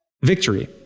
victory